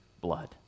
blood